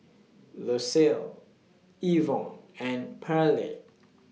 Lucile Evon and Pearley